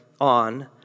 on